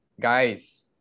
Guys